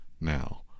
now